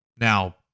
Now